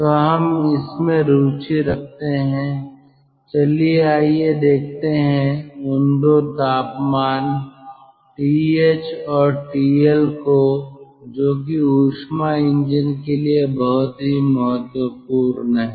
तो हम इसमें रुचि रखते हैं चलिए आइए देखते हैं उन दो तापमान TH और TL को जो कि ऊष्मा इंजन के लिए बहुत ही महत्वपूर्ण है